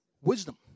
wisdom